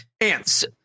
ants